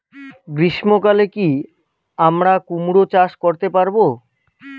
গ্রীষ্ম কালে কি আমরা কুমরো চাষ করতে পারবো?